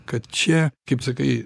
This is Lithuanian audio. kad čia kaip sakai